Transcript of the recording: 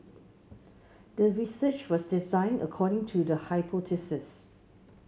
the research was designed according to the hypothesis